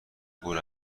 کور